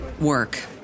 work